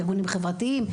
ארגונים חברתיים,